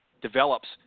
develops